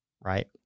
right